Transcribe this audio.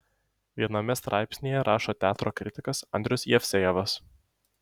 viename straipsnyje rašo teatro kritikas andrius jevsejevas